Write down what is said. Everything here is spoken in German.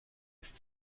ist